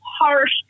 harsh